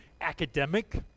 academic